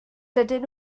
dydyn